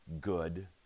good